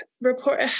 report